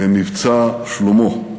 ל"מבצע שלמה",